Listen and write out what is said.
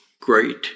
great